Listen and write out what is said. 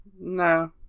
No